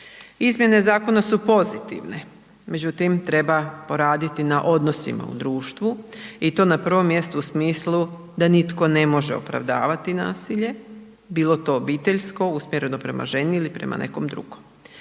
Izmjena zakona su pozitivne, međutim, treba poraditi na odnosima u društvu i to na prvom mjestu u smislu da nitko ne može opravdavati nasilje, bilo to obiteljsko usmjereno prema ženi ili prema nekom drugom.